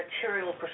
material